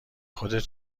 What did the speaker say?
خودت